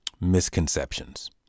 misconceptions